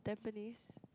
Tampines